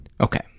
Okay